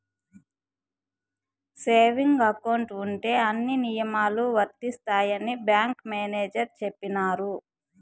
saving account ఉంటే అన్ని నియమాలు వర్తిస్తాయని బ్యాంకు మేనేజర్ చెప్పినారు